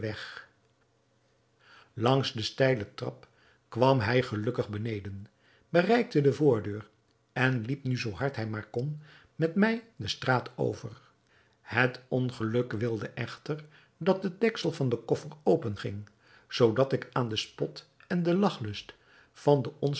langs den steilen trap kwam hij gelukkig beneden bereikte de voordeur en liep nu zoo hard hij maar kon met mij de straat over het ongeluk wilde echter dat het deksel van den koffer open ging zoodat ik aan den spot en de lachlust van den